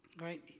Right